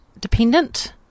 dependent